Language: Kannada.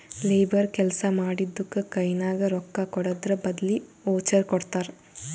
ಲೇಬರ್ ಕೆಲ್ಸಾ ಮಾಡಿದ್ದುಕ್ ಕೈನಾಗ ರೊಕ್ಕಾಕೊಡದ್ರ್ ಬದ್ಲಿ ವೋಚರ್ ಕೊಡ್ತಾರ್